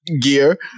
gear